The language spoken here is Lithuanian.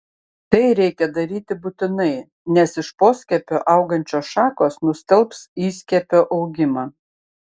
tai reikia daryti būtinai nes iš poskiepio augančios šakos nustelbs įskiepio augimą